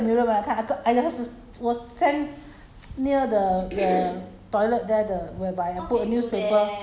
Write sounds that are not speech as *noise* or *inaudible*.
I didn't see the mirror when I cut okay I I I didn't see the mirror when I cut I got I have to 我 stand *noise*